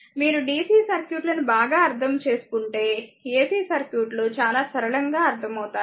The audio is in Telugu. మీరు DC సర్క్యూట్ లని బాగా అర్దముచేసుకుంటే AC సర్క్యూట్ లు చాలా సరళంగా అర్థమవుతాయి